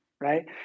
right